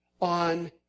on